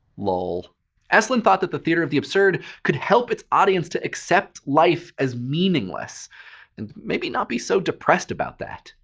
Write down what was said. lol esslin thought that the theater of the absurd could help its audience to accept life as meaningless and maybe not be so depressed about this.